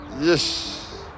yes